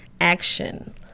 action